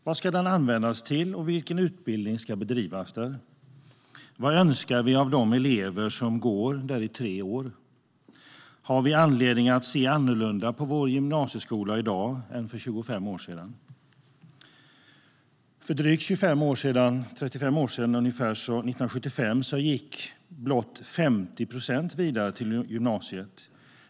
Vad ska den användas till, och vilken utbildning ska bedrivas där? Vad önskar vi av de elever som går där i tre år? Har vi anledning att se annorlunda på vår gymnasieskola i dag än för 25 år sedan? För drygt 35 år sedan, 1975, gick blott 50 procent vidare till gymnasiet.